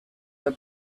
the